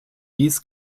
dies